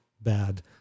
bad